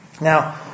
Now